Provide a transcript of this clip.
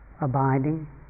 abiding